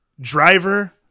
driver